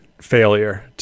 failure